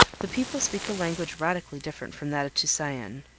the people speak a language radically different from that of tusayan,